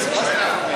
ניסן.